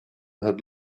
had